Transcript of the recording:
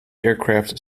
aircraft